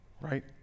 right